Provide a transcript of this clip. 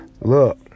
Look